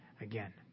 again